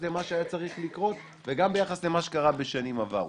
למה שהיה צריך לקרות וגם ביחס למה שקרה בשנים עברו.